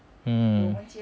um